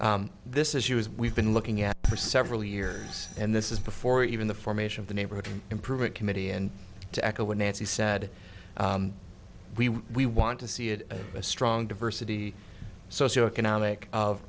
but this issue is we've been looking at for several years and this is before even the formation of the neighborhood improvement committee and to echo what nancy said we we want to see it as a strong diversity socioeconomic of